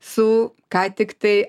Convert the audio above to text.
su ką tiktai